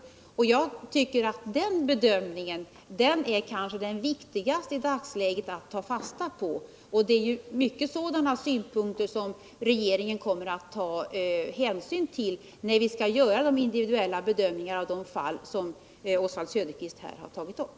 Jag tycker att den bedömningen kanske är den viktigaste att ta fasta på i dagsläget. Det är i hög grad sådana synpunkter som regeringen kommer att ta hänsyn till när den skall göra de individuella bedömningarna av de fall som Oswald Söderqvist här har tagit upp.